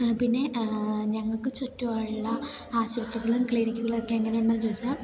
പിന്നെ ഞങ്ങൾക്ക് ചുറ്റും ഉള്ള ആശുപത്രികളും ക്ലിനിക്കുകളൊക്കെ എങ്ങനെ ഉണ്ടെന്നു ചോദിച്ചാൽ